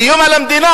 איום על המדינה.